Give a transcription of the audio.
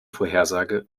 vorhersage